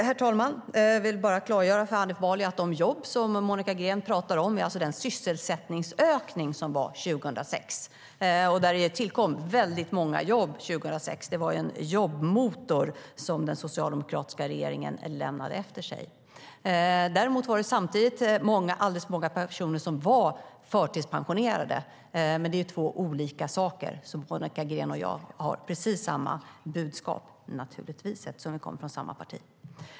Herr talman! Jag vill klargöra för Hanif Bali att det som Monica Green talar om är den sysselsättningsökning som skedde 2006. Det tillkom väldigt många jobb 2006. Den socialdemokratiska regeringen lämnade en jobbmotor efter sig. Samtidigt var alldeles för många personer förtidspensionerade, men det är två olika saker. Monica Green och jag har naturligtvis precis samma budskap, eftersom vi kommer från samma parti.